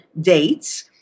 dates